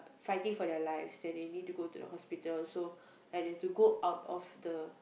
fighting for their lives then they need to go to the hospital so like they have to go out of the